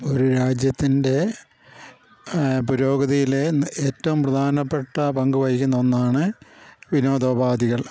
ഒരു രാജ്യത്തിൻ്റെ പുരോഗതിയിലെ ഏറ്റവും പ്രധാനപ്പെട്ട പങ്ക് വഹിക്കുന്ന ഒന്നാണ് വിനോദോപാധികൾ